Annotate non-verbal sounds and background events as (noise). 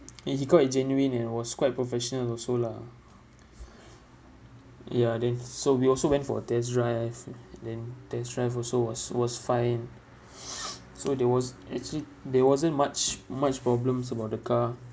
and he quite a genuine and was quite professional also lah ya then so we also went for a test drive then test drive also was was fine (noise) so there was actually there wasn't much much problems about the car